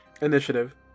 Initiative